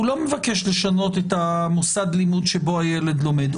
הוא לא מבקש לשנות את מוסד הלימוד שבו הילד לומד.